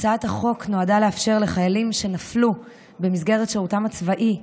הצעת החוק נועדה לאפשר לחיילים שנפלו במסגרת שירותם הצבאי,